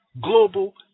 global